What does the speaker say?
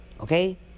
okay